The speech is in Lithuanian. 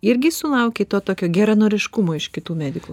irgi sulaukei to tokio geranoriškumo iš kitų medikų